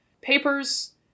papers